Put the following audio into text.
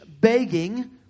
begging